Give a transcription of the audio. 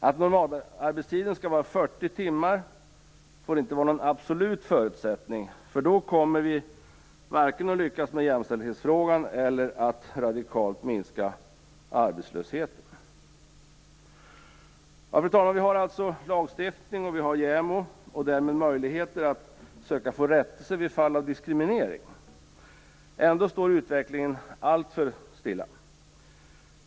Att normalarbetstiden skall vara 40 timmar får inte vara någon absolut förutsättning, därför att då kommer vi varken att lyckas med jämställdhetsfrågan eller att radikalt minska arbetslösheten. Fru talman! Vi har alltså lagstiftning och JämO, och vi har därmed möjligheter att söka få rättelse vid fall av diskriminering. Ändå står utvecklingen alltför stilla.